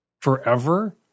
Forever